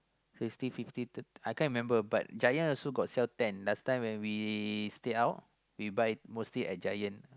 sixty fifty uh I can't remember but Giant also got sell ten last time when we stay out we buy mostly at Giant